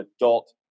adult